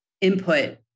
input